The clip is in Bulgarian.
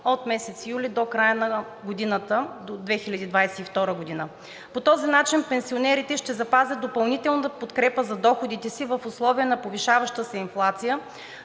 от месец юли до края на годината – до 2022 г. По този начин пенсионерите ще запазят допълнителната подкрепа за доходите си в условия на повишаваща се инфлация,